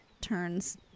turns